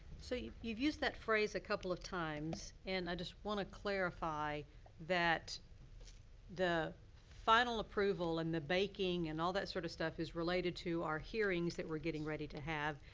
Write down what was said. so, you've used that phrase a couple of times. and i just want to clarify that the final approval and the baking and all that sort of stuff is related to our hearings that we're getting ready to have.